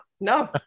no